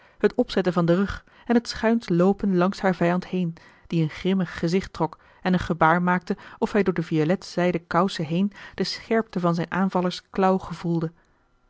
het opzetten van den rug en het schuins loopen langs haar vijand heen die een grimmig gezicht trok en een gebaar maakte of hij door de violet zijden kousen heen de scherpte van zijns aanvallers klauw gevoelde